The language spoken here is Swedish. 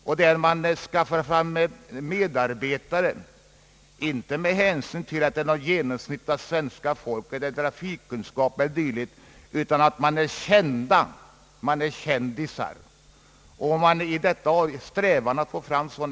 Man skaffar också fram medarbetare i dessa program, inte därför att de i fråga om trafikkunskap representerar ett genomsnitt av svenska folket utan därför att de är »kändisar».